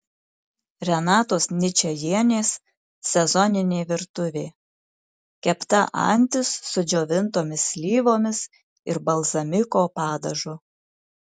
renatos ničajienės sezoninė virtuvė kepta antis su džiovintomis slyvomis ir balzamiko padažu